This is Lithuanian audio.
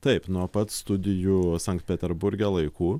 taip nuo pat studijų sankt peterburge laikų